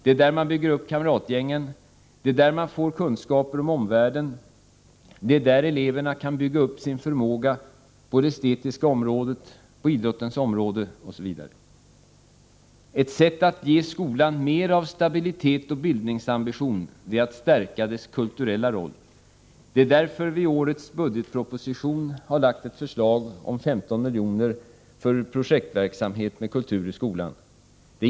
I skolan byggs kamratgängen upp, i skolan ges de första kunskaperna om omvärlden, och där bygger också eleverna upp sin förmåga på de estetiska områdena och på idrottens område. Ett sätt att ge skolan mer av stabilitet och bildningsambition är att stärka skolans kulturella roll. Därför avsätts i årets budgetproposition 15 milj.kr. till projektverksamhet med kultur i skolan.